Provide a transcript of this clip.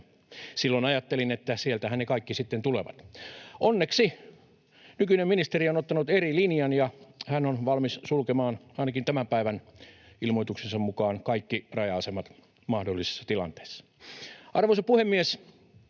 Silloin ajattelin, että sieltähän ne kaikki sitten tulevat. Onneksi nykyinen ministeri on ottanut eri linjan, ja hän on valmis sulkemaan ainakin tämän päivän ilmoituksensa mukaan kaikki raja-asemat mahdollisessa tilanteessa. Arvoisa puhemies!